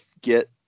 get